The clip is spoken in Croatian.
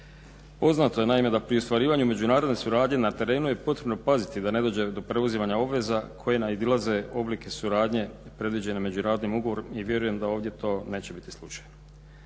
Poznato je da pri ostvarivanju međunarodne suradnje na terenu je potrebno paziti da ne dođe do preuzimanja obveza koje nadilaze oblike suradnje predviđene međunarodnim ugovorom i vjerujem da ovdje to neće biti slučaj.